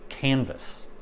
canvas